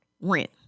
Rent